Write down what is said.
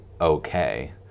okay